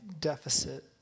deficit